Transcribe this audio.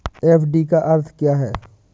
FD का अर्थ क्या है?